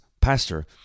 Pastor